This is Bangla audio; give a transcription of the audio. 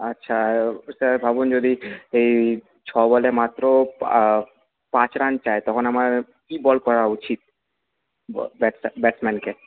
আচ্ছা আর স্যার ভাবুন যদি এই ছয় বলে মাত্র পাঁচ রান চায় তখন আমার কি বল করা উচিত ব্যাটস ব্যাটম্যানকে